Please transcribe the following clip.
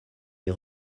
est